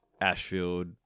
Ashfield